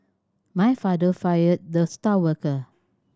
my father fired the star worker